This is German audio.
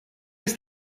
ist